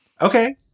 Okay